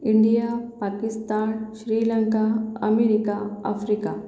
India Pakistan Sri Lanka America Africa